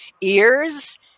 ears